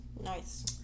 Nice